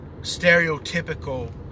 Stereotypical